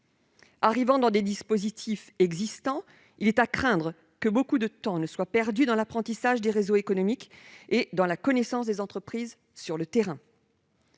arrivent dans des dispositifs existants, il est à craindre que beaucoup de temps ne soit perdu dans l'apprentissage des réseaux économiques et dans la connaissance des entreprises sur le terrain.